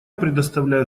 предоставляю